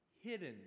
hidden